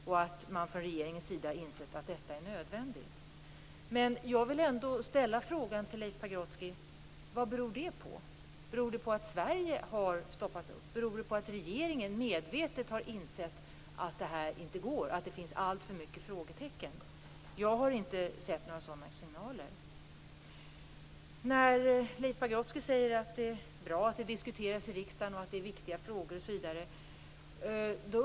Det är bra att regeringen har insett att detta är nödvändigt. Men jag vill ändå ställa en fråga till Leif Pagrotsky. Vad beror det på? Beror det på att Sverige har stoppat upp? Beror det på att regeringen medvetet har insett att det här inte går och att det finns alltför många frågetecken? Jag har inte sett några sådana signaler. Leif Pagrotsky säger att det är bra att det diskuteras i riksdagen och att det är viktiga frågor osv.